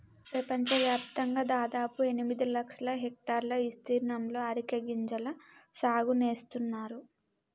పెపంచవ్యాప్తంగా దాదాపు ఎనిమిది లక్షల హెక్టర్ల ఇస్తీర్ణంలో అరికె గింజల సాగు నేస్తున్నారు